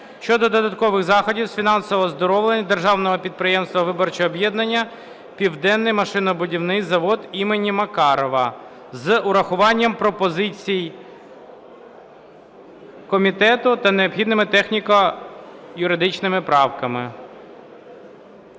(щодо додаткових заходів з фінансового оздоровлення державного підприємства "Виробниче об'єднання Південний машинобудівний завод імені О.М.Макарова) з урахуванням пропозицій комітету та необхідними техніко-юридичними правками.